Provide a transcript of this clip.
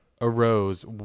arose